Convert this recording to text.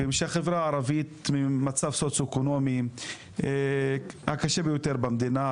שהחברה הערבית במצב סוציואקונומי הקשה ביותר במדינה,